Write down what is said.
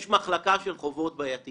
יש מחלקה של חובות בעיתיים,